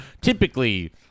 typically